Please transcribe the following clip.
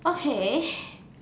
okay